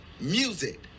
music